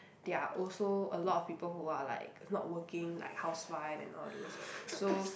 they are also a lot of people who are like not working like housewives and all those so